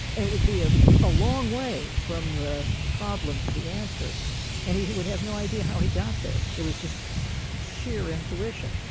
and it would be a ah long way from the problem to the answer and he he would have no idea how he got there, it was just sheer intuition.